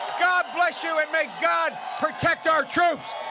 god bless you and may god protect our troops!